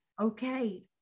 Okay